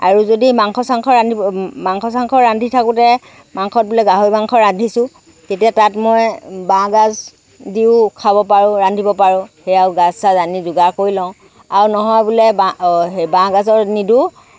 আৰু যদি মাংস চাংস ৰান্ধিব মাংস চাংস থাকোঁতে মাংসত বোলে গাহৰি মাংস ৰান্ধিছোঁ তেতিয়া তাত মই বাঁহগাজ দিও খাব পাৰোঁ ৰান্ধিব পাৰোঁ সেয়াও গাজ চাজ আনি যোগাৰ কৰি লওঁ আৰু নহয় বোলে বাঁ হেৰি বাঁহগাজৰ নিদো